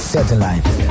Satellite